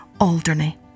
Alderney